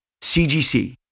CGC